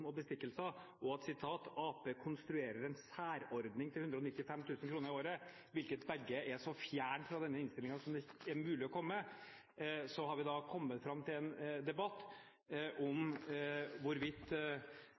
og bestikkelser» og at «Arbeiderpartiet konstruerer en særordning til 195.000 kr i året», hvilket er påstander så fjernt fra det som står i denne innstillingen det er mulig å komme – har blitt til en debatt om hvorvidt